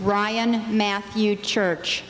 ryan matthew church